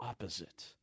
opposite